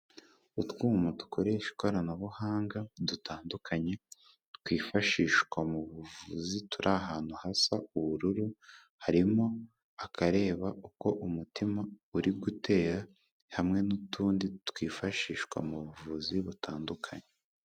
Utwuma dukoresha ikoranabuhanga dutandukanye twifashishwa mu buvuzi, turi ahantu hasa ubururu harimo akareba uko umutima uri gutera, hamwe n'utundi twifashishwa mu buvuzi butandukanye.